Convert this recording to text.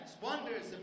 wonders